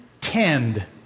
tend